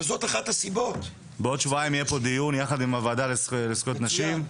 בעוד שבועיים יהיה פה דיון יחד עם הוועדה לזכויות נשים.